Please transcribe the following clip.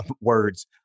words